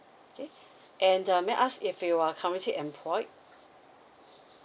okay and um may I ask if you are currently employed